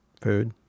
Food